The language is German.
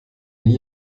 nie